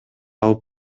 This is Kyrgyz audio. алып